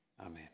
Amen